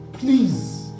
Please